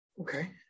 Okay